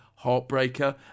Heartbreaker